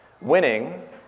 Winning